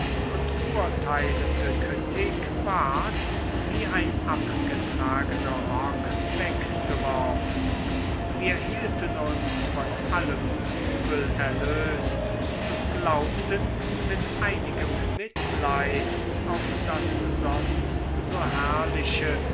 und urteilende kritik ward wie ein abgetragener rock weggeworfen wir hielten uns von allem übel erlöst und glaubten mit einigem mitleid auf das sonst so herrliche